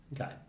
Okay